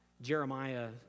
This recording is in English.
Jeremiah